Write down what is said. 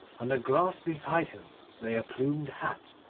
on the grass beside him lay a plumed hat,